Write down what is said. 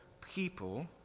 people